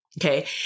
Okay